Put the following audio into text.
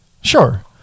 Sure